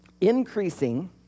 increasing